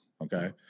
Okay